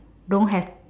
don't have